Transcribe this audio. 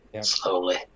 slowly